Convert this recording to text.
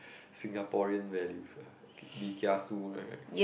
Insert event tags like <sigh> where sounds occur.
<breath> Singaporean values ah be kiasu right